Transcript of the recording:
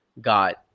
got